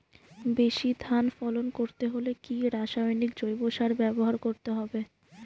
বেশি ধান ফলন করতে হলে কি রাসায়নিক জৈব সার ব্যবহার করতে হবে?